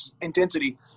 intensity